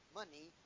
money